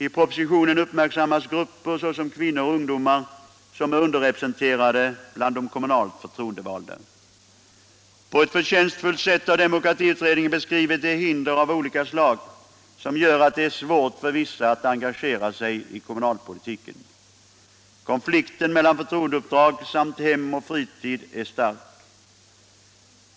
I propositionen uppmärksammas grupper, såsom kvinnor och ungdomar, som är underrepresenterade bland de kommunalt förtroendevalda. På ett förtjänstfullt sätt har demokratiutredningen beskrivit de hinder av olika slag som gör att det är svårt för vissa att engagera sig i kommunalpolitiken. Konflikten mellan förtroendeuppdrag samt hem och fritid är stark.